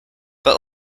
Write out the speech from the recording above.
but